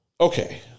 Okay